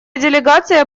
делегация